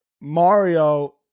Mario